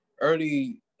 early